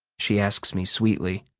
she asks me sweetly.